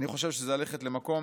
חושב שזה ללכת למקום